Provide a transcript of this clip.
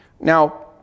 Now